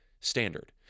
standard